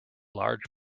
large